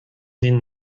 den